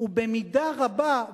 הוא במידה רבה,